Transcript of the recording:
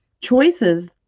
choices